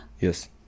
Yes